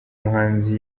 muhanzi